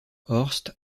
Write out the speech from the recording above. horst